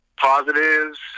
Positives